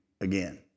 again